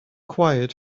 quiet